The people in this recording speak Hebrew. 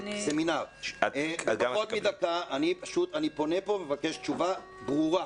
אני פונה פה ומבקש תשובה ברורה,